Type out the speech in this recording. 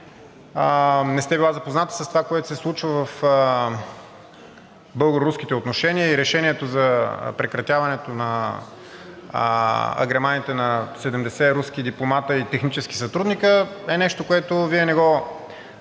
не сте била запозната с това, което се случва в българо-руските отношения и решението за прекратяването на агреманите на 70 руски дипломати и технически сътрудници е нещо, което Вие не го